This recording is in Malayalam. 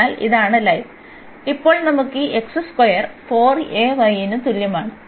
അതിനാൽ ഇതാണ് ലൈൻ ഇപ്പോൾ നമുക്ക് ഈ x സ്ക്വയർ ന് തുല്യമാണ്